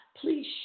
please